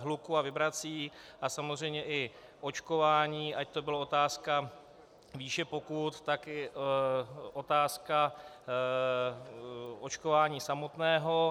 hluku a vibrací a samozřejmě i očkování, ať to byla otázka výše pokut, tak i otázka očkování samotného.